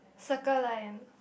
Circle Line